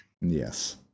Yes